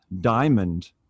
diamond